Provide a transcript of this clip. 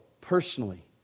personally